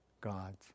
God's